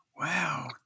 Wow